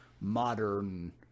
modern